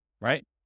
right